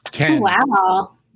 Wow